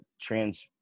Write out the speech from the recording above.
trans